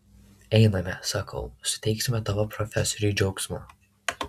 einame sakau suteiksime tavo profesoriui džiaugsmo